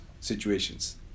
situations